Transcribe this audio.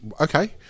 Okay